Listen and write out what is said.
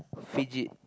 fidget